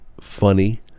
funny